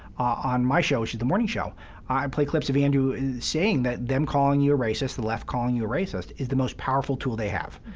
on my show, which is the morning show i play clips of andrew saying that them calling you a racist, the left calling you a racist is the most powerful tool they have.